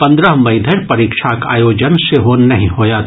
पन्द्रह मई धरि परीक्षाक आयोजन सेहो नहि होयत